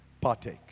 Partake